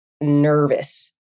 nervous